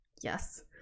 yes